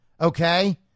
Okay